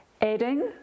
adding